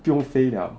不用飞 liao